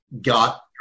got